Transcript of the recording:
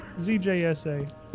ZJSA